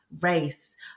race